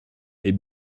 est